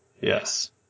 Yes